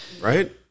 Right